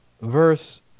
Verse